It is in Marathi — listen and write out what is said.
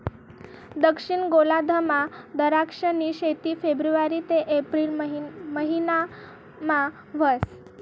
दक्षिण गोलार्धमा दराक्षनी शेती फेब्रुवारी ते एप्रिल महिनामा व्हस